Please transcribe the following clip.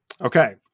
Okay